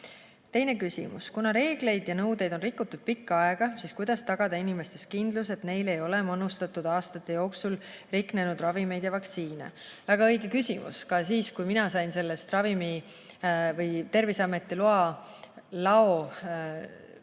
Teine küsimus: "Kuna reegleid ja nõudeid on rikutud pikka aega, siis kuidas tagada inimestes kindlus, et neile ei ole manustatud aastate jooksul riknenud ravimeid või vaktsiine?" Väga õige küsimus. Kui mina sellest Terviseameti lao probleemist